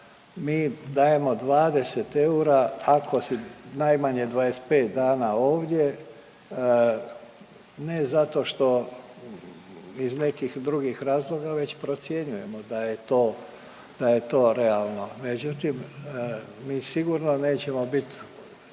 Mi dajemo 20 eura ako si najmanje 25 dana ovdje ne zato što iz nekih drugih razloga već procjenjujemo da je to, da je to realno. Međutim, mi sigurno nećemo biti,